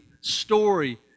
story